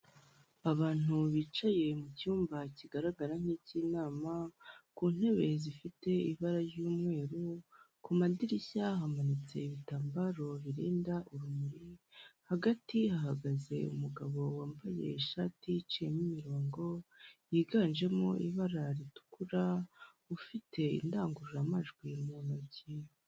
Abantu bicaye mu cyumba kigaragara nk'icy'inama, ku ntebe zifite ibara ry'umweru, ku madirishya hamanitse ibitambaro birinda urumuri, hagati hagaze umugabo wambaye ishati icaye imirongo yiganjemo ibara ritukura, ufite indangururamajwi mu ntoki.